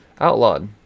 Outlawed